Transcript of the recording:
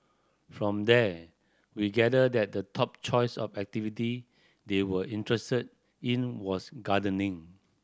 from there we gathered that the top choice of activity they were interested in was gardening